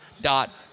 dot